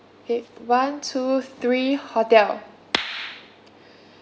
K one two three hotel